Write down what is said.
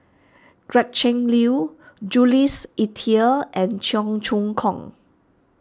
Gretchen Liu Jules Itier and Cheong Choong Kong